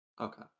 okay